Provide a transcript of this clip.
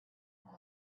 had